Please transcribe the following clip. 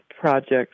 projects